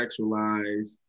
sexualized